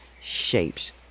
shapes